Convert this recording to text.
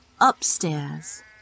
upstairs